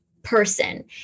person